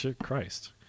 Christ